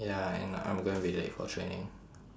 ya and I'm gonna be late for training